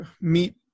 meet